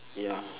ya